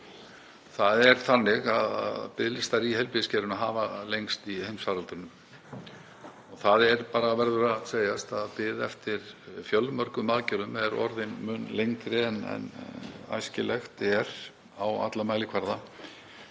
Það er þannig að biðlistar í heilbrigðiskerfinu hafa lengst í heimsfaraldrinum og það verður að segjast að bið eftir fjölmörgum aðgerðum er orðin mun lengri en æskilegt er á alla mælikvarða.